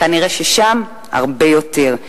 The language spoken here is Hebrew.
כנראה שם הרבה יותר.